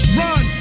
run